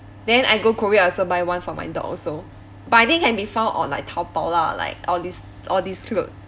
then I go korea I also buy one for my dog also but I think can be found on like taobao lah like all these all these clothes